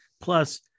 Plus